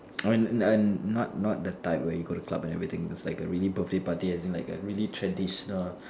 and and and not not the type where you go to club and everything it's like a really birthday party as in like a really traditional